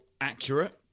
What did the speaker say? accurate